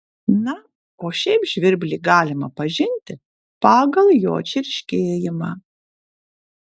na o šiaip žvirblį galima pažinti pagal jo čirškėjimą